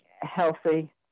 healthy